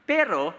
Pero